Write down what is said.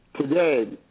today